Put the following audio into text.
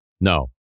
No